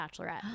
bachelorette